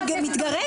אני מבקשת